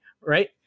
right